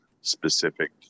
specific